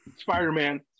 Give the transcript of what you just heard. Spider-Man